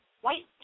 white